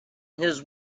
his